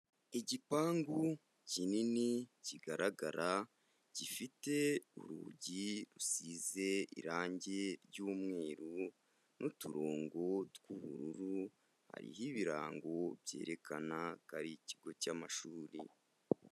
Igipangu kinini kigaragara, gifite urugi rusize irangi ry'umweru n'uturongo tw'ubururu, hariho ibirango byerekana ko ari ikigo cy'amashuri.